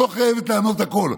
את לא חייבת לענות על הכול.